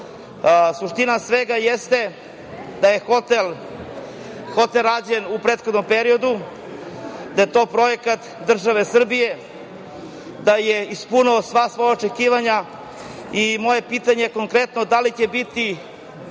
tamo. Suština svega jeste da je hotel rađen u prethodnom periodu, da je to projekat države Srbije, da je ispunio sva svoja očekivanja i moje pitanje, konkretno, da li će u